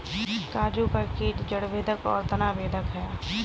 काजू का कीट जड़ बेधक और तना बेधक है